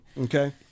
okay